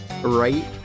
Right